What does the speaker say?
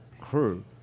crew